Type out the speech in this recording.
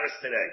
today